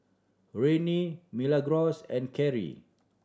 Rennie Milagros and Karri